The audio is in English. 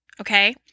Okay